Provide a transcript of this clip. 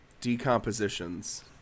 decompositions